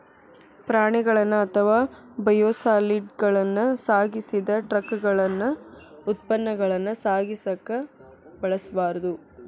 ಪ್ರಾಣಿಗಳನ್ನ ಅಥವಾ ಬಯೋಸಾಲಿಡ್ಗಳನ್ನ ಸಾಗಿಸಿದ ಟ್ರಕಗಳನ್ನ ಉತ್ಪನ್ನಗಳನ್ನ ಸಾಗಿಸಕ ಬಳಸಬಾರ್ದು